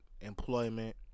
employment